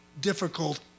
difficult